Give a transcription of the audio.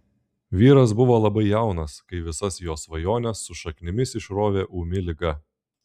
vyras buvo labai jaunas kai visas jo svajones su šaknimis išrovė ūmi liga